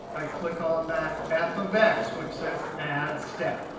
i click on that f of x, which says add step.